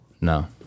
no